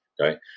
okay